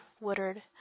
Woodard